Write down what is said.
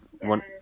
one